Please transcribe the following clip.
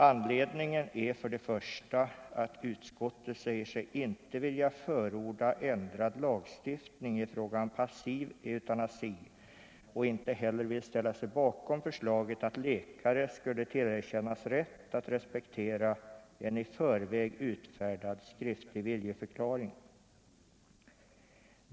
Att jag ändå gjort detta beror för det första på att utskottet säger sig inte vilja förorda ändrad lagstiftning i fråga om passiv eutanasi och inte heller vill ställa sig bakom förslaget att läkare skulle tillerkännas rätt att respektera en i förväg utfärdad skriftlig viljeförklaring.